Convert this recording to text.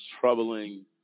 troubling